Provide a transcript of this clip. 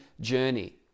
journey